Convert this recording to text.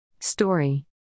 Story